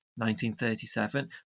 1937